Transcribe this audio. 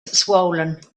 swollen